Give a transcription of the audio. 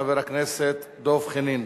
חבר הכנסת דב חנין.